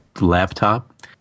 laptop